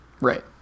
Right